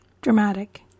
dramatic